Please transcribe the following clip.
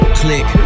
click